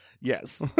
Yes